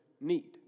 need